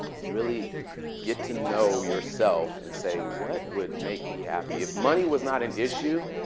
really get to know yourself and say, what would make me happy? if money was not an issue,